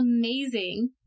amazing